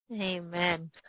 amen